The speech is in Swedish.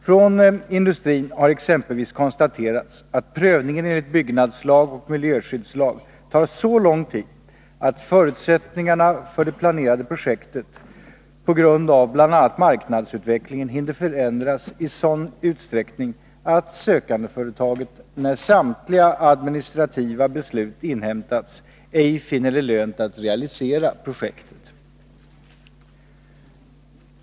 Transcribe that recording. Från industrin har exempelvis konstaterats att prövningen enligt byggnadslag och miljöskyddslag tar så lång tid att förutsättningarna för det det planerade projektet på grund av bl.a. marknadsutvecklingen hinner förändras i sådan utsträckning att sökandeföretaget, när samtliga administrativa beslut inhämtats, ej finner det lönt att realisera projektet.